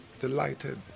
delighted